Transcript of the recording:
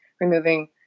removing